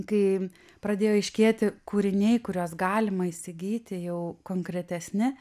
kai pradėjo aiškėti kūriniai kuriuos galima įsigyti jau konkretesni